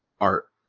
art